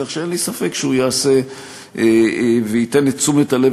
כך שאין לי ספק שהוא יעשה וייתן את תשומת הלב